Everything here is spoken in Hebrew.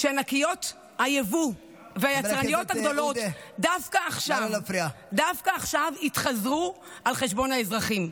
שענקיות היבוא והיצרניות הגדולות דווקא עכשיו יתחזרו על חשבון האזרחים.